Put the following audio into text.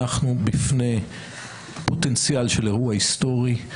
אנחנו בפני פוטנציאל של אירוע היסטורי.